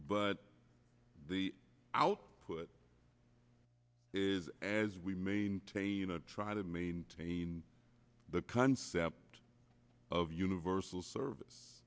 but the output is as we maintain a try to maintain the concept of universal service